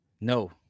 No